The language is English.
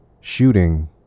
shooting